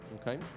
okay